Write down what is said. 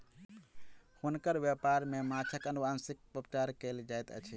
हुनकर व्यापार में माँछक अनुवांशिक उपचार कयल जाइत अछि